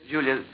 Julia